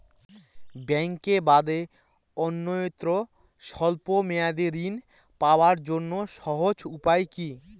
ব্যাঙ্কে বাদে অন্যত্র স্বল্প মেয়াদি ঋণ পাওয়ার জন্য সহজ উপায় কি?